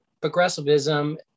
progressivism